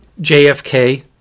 jfk